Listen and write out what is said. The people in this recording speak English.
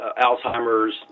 Alzheimer's